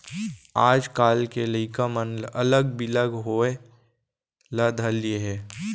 आजकाल के लइका मन अलग बिलग होय ल धर लिये हें